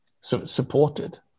supported